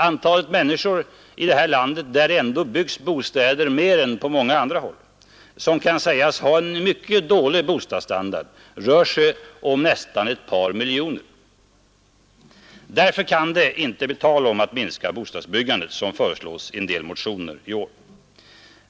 Antalet människor i det här landet, där det ändå byggs mer bostäder än på många andra håll, som kan sägas ha en mycket dålig bostadsstandard, är ett par miljoner. Därför kan det inte bli tal om att minska bostadsbyggandet, som föreslås i en del motioner i år.